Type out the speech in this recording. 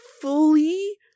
fully